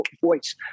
voice